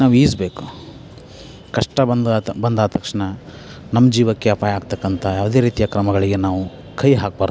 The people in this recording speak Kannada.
ನಾವು ಈಜಬೇಕು ಕಷ್ಟ ಬಂದಾತು ಬಂದ ತಕ್ಷಣ ನಮ್ಮ ಜೀವಕ್ಕೆ ಅಪಾಯ ಆಗ್ತಕ್ಕಂತ ಯಾವುದೇ ರೀತಿಯ ಕ್ರಮಗಳಿಗೆ ನಾವು ಕೈ ಹಾಕಬಾರ್ದು